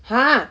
!huh!